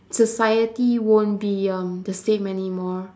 society won't be um the same anymore